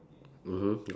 mmhmm got